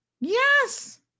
Yes